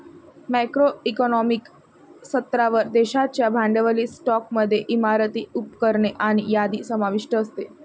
macro economic स्तरावर, देशाच्या भांडवली स्टॉकमध्ये इमारती, उपकरणे आणि यादी समाविष्ट असते